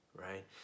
right